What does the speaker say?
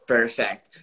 Perfect